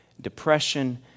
depression